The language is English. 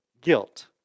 guilt